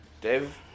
Dave